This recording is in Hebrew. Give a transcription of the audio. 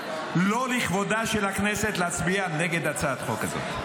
לא לכבודה של הכנסת להצביע נגד הצעת החוק הזאת.